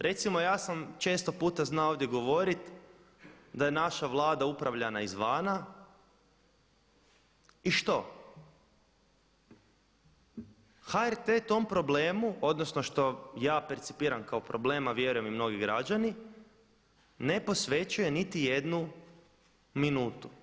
Recimo ja sam često puta znao ovdje govoriti da je naša Vlada upravljana izvana, i što, HRT tom problemu odnosno što ja percipiram kao problem, a vjerujem i mnogi građani, ne posvećuje niti jednu minutu.